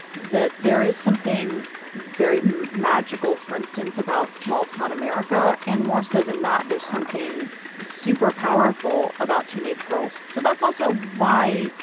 that there is something very magical, for instance, about small town america. and more so than not, there's something super powerful about teenage girls so that's also why,